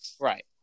Right